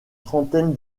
trentaine